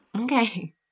Okay